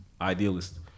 idealist